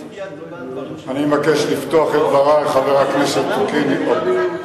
אני מבקש לפתוח את דברי, חבר הכנסת אוקינוס,